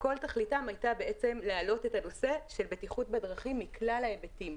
שכל תכליתם הייתה להעלות את הנושא של בטיחות בדרכים מכלל ההיבטים.